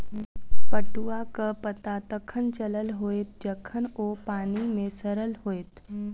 पटुआक पता तखन चलल होयत जखन ओ पानि मे सड़ल होयत